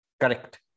correct